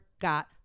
got